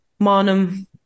Monum